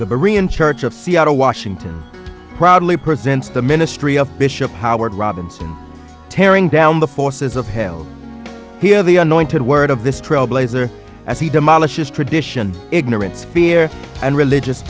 of seattle washington proudly presents the ministry of bishop howard robinson tearing down the forces of hell here the anointed word of this trailblazer as he demolishes tradition ignorance fear and religious